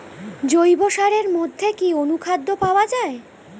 জৈব সারের মধ্যে কি অনুখাদ্য পাওয়া যায়?